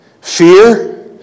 Fear